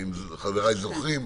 אם חבריי זוכרים,